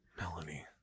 Melanie